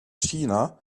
china